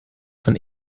von